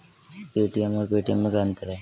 ATM और Paytm में क्या अंतर है?